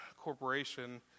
corporation